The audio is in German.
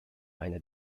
einer